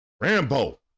Rambo